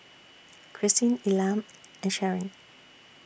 Kristyn Elam and Sharon